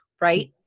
right